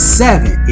seven